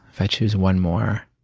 if i choose one more,